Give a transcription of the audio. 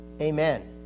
Amen